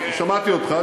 שמעתי אותך,